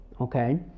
Okay